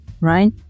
right